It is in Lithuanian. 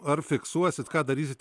ar fiksuosit ką darysit